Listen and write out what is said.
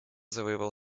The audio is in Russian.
завоевал